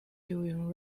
during